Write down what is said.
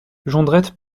jondrette